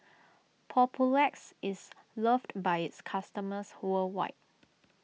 Papulex is loved by its customers worldwide